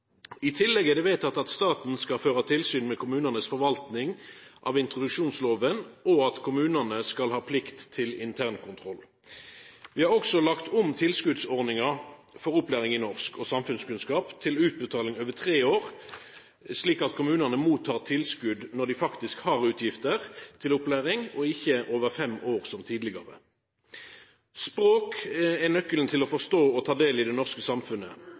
I tillegg er det vedteke at staten skal føra tilsyn med kommunanes forvalting av introduksjonsloven, og at kommunane skal ha plikt til internkontroll. Vi har òg lagt om tilskotsordninga for opplæring i norsk og samfunnskunnskap til utbetaling over tre år, slik at kommunane mottek tilskot når dei faktisk har utgifter til opplæring, og ikkje over fem år som tidlegare. Språk er nøkkelen til å forstå og ta del i det norske samfunnet.